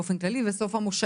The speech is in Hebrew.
באופן כללי, כי זה סוף המושב.